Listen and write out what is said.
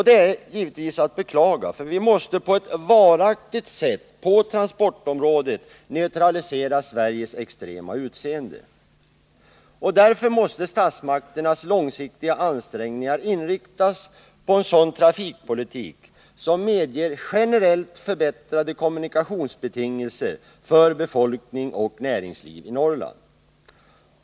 Det är givetvis att beklaga, för vi måste på ett varaktigt sätt neutralisera Sveriges extrema utseende på transportområdet. Statsmakternas långsiktiga ansträngningar måste därför inriktas på en trafikpolitik som medger generellt förbättrade kommunikationsbetingelser för befolkning och näringsliv i Norrland.